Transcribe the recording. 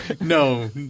no